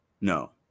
No